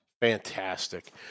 Fantastic